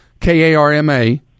k-a-r-m-a